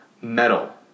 metal